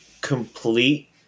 complete